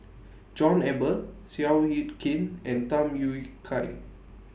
John Eber Seow Yit Kin and Tham Yui Kai